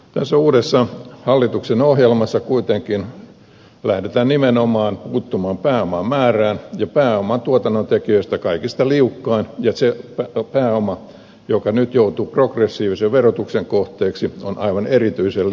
tässä uudessa hallituksen ohjelmassa kuitenkin lähdetään nimenomaan puuttumaan pääoman määrää ja pääoma tuotannontekijöistä kaikista määrään ja se pääoma joka nyt joutuu progressiivisen verotuksen kohteeksi on aivan erityisen liukasta